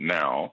now